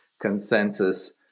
consensus